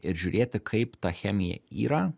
ir žiūrėti kaip ta chemija yra